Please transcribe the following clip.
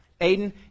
aiden